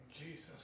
Jesus